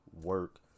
work